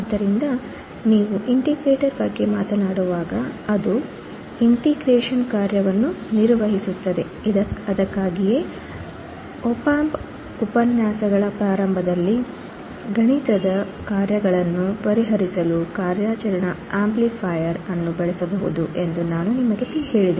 ಆದ್ದರಿಂದ ನೀವು ಇಂಟಿಗ್ರೇಟರ್ ಬಗ್ಗೆ ಮಾತನಾಡುವಾಗಅದು ಇಂಟಿಗ್ರೇಷನ್ ಕಾರ್ಯವನ್ನು ನಿರ್ವಹಿಸುತ್ತದೆ ಅದಕ್ಕಾಗಿಯೇ ಆಪ್ ಆಂಪ್ ಉಪನ್ಯಾಸಗಳ ಪ್ರಾರಂಭದಲ್ಲಿ ಗಣಿತದ ಕಾರ್ಯಗಳನ್ನು ಪರಿಹರಿಸಲು ಕಾರ್ಯಾಚರಣಾ ಆಂಪ್ಲಿಫೈಯರ್ ಅನ್ನು ಬಳಸಬಹುದು ಎಂದು ನಾನು ನಿಮಗೆ ಹೇಳಿದೆ